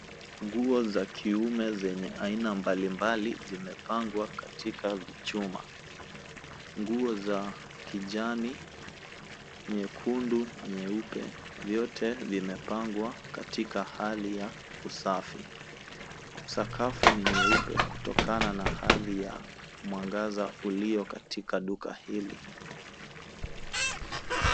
Nguo za kiume zenye aina mbalimbali zimepangwa katika vichuma. Nguo za kijani, nyekundu, nyeupe. Vyote vimepangwa katika hali ya usafi. Sakafu ni nyeupe kutokana na hali ya mwangaza ulio katika duka hili.